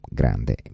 grande